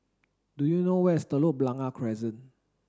do you know where is Telok Blangah Crescent